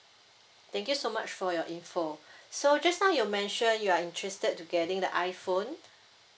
thank you so much for your info so just now you mention you are interested to getting the iphone